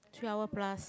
three hour plus